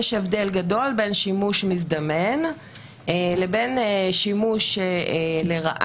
יש הבדל גדול בין שימוש מזדמן לבין שימוש לרעה,